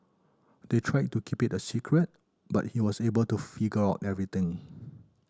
they tried to keep it a secret but he was able to figure out everything